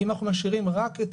כי אם אנחנו משאירים רק את